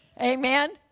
Amen